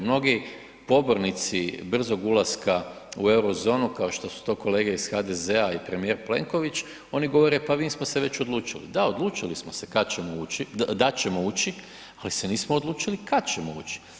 Mnogi pobornici brzog ulaska u Eurozonu kao što su to kolege iz HDZ-a i premijer Plenković, oni govore pa mi smo se već odlučili, da odlučili smo se da ćemo ući ali se nismo odlučili kad ćemo ući.